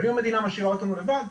אבל אם המדינה משאירה אותנו לבד,